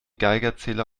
geigerzähler